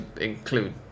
include